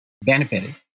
benefited